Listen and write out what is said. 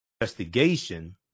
investigation